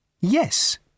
Yes